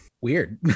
Weird